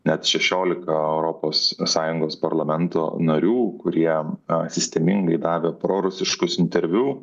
net šešiolika europos sąjungos parlamento narių kurie sistemingai davė prorusiškus interviu